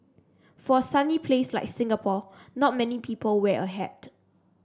for a sunny place like Singapore not many people wear a hat